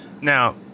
Now